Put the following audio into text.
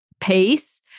pace